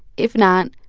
if not,